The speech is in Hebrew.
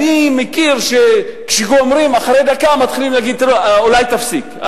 אני מבין שכשגומרים ואחרי דקה מתחילים להגיד אולי תפסיק.